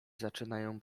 zaczynają